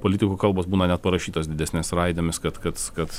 politikų kalbos būna net parašytos didesnės raidėmis kad kad kad